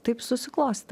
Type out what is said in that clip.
taip susiklostė